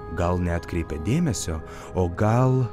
gal neatkreipė dėmesio o gal